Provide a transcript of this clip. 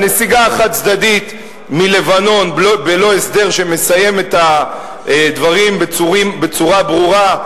הנסיגה החד-צדדית מלבנון בלא הסדר שמסיים את הדברים בצורה ברורה,